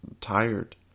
tired